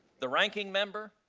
the ranking member